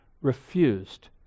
refused